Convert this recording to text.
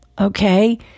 okay